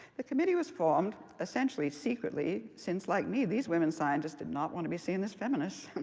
the committee was formed essentially secretly since, like me, these women scientists did not want to be seen as feminists.